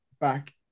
back